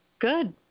Good